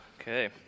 Okay